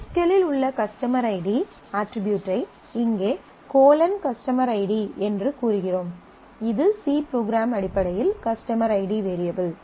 S Q L இல் உள்ள customer ID அட்ரிபியூட்டை இங்கே கஸ்டமர் ஐடி என்று கூறுகிறோம் இது சி ப்ரோக்ராம் அடிப்படையில் கஸ்டமர் ஐடி வேரியபிள்